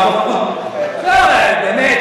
באמת,